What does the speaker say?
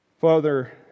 Father